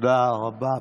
תודה רבה.